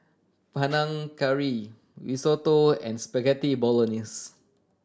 Panang Curry Risotto and Spaghetti Bolognese